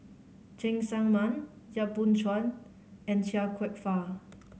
Cheng Tsang Man Yap Boon Chuan and Chia Kwek Fah